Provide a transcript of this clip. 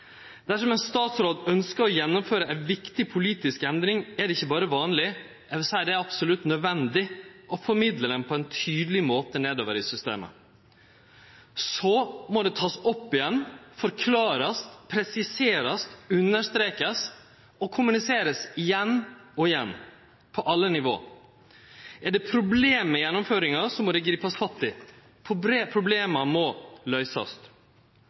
Dersom ein statsråd ynskjer å gjennomføre ei viktig politisk endring, er det ikkje berre vanleg, men absolutt nødvendig å formidle det på ein tydeleg måte nedover i systemet. Så må det takast opp igjen, forklarast, presiserast, understrekast og kommuniserast igjen og igjen – på alle nivå. Er det problem med gjennomføringa, må det gripast fatt i. Problema må løysast.